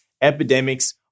epidemics